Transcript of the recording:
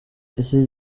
iki